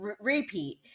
repeat